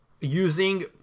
using